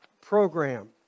program